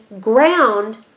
ground